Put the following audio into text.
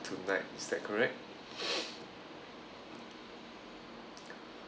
tonight is that correct